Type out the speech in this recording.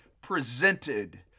presented